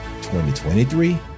2023